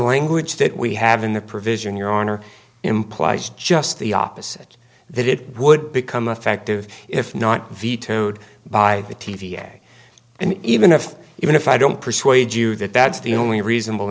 language that we have in the provision your honor implies just the opposite that it would become effective if not vetoed by the t v ad and even if even if i don't persuade you that that's the only reasonable